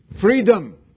Freedom